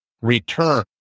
return